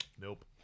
Nope